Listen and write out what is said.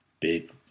big